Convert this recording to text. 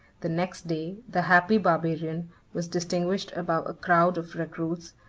the next day, the happy barbarian was distinguished above a crowd of recruits,